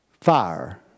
fire